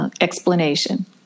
explanation